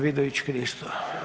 Vidović Krišto.